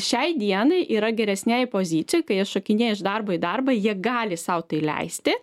šiai dienai yra geresnėj pozicijoj kai jie šokinėja iš darbo į darbą jie gali sau tai leisti